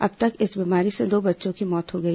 अब तक इस बीमारी से दो बच्चों की मौत हो गई